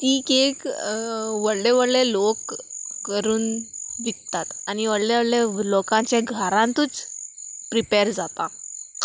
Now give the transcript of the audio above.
ती केक व्हडले व्हडले लोक करून विकतात आनी व्हडले व्हडले लोकांच्या घरांतूच प्रिपेर जाता